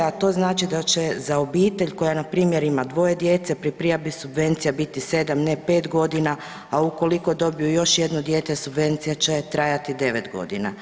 A to znači da će za obitelj koja npr. ima dvoje djece pri prijavi subvencija biti 7, ne 5 godina, a ukoliko dobiju još jedno dijete subvencija će trajati 9 godina.